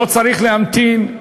לא צריך להמתין,